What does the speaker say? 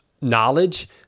knowledge